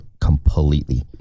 completely